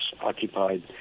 occupied